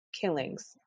killings